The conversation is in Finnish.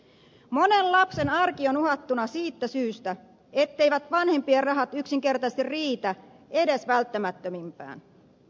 monen lapsen arki on uhattuna siitä syystä etteivät vanhempien rahat yksinkertaisesti riitä edes välttämättömimpään